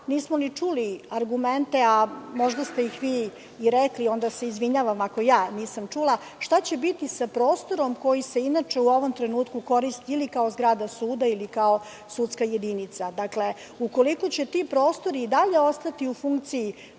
nismo ni čuli argumente, a možda ste ih rekli, izvinjavam se ako nisam čula, šta će biti sa prostorom koji se inače u ovom trenutku koristi ili kao zgrada suda ili kao sudska jedinica. Dakle, ukoliko će ti prostori i dalje ostati u funkciji